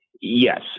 Yes